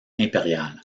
impérial